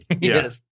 Yes